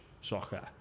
soccer